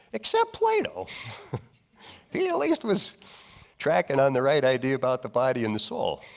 except plato. he at least was tracking on the right idea about the body and the soul.